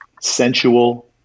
sensual